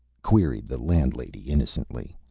queried the landlady, innocently.